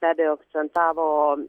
be abejo akcentavo